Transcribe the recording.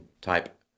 type